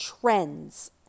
trends